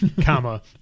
comma